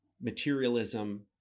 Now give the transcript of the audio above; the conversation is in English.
materialism